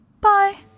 Bye